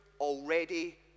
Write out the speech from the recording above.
already